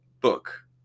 book